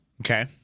Okay